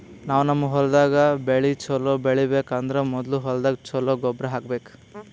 ನಾವ್ ನಮ್ ಹೊಲ್ದಾಗ್ ಬೆಳಿ ಛಲೋ ಬೆಳಿಬೇಕ್ ಅಂದ್ರ ಮೊದ್ಲ ಹೊಲ್ದಾಗ ಛಲೋ ಗೊಬ್ಬರ್ ಹಾಕ್ಬೇಕ್